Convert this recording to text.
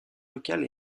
locale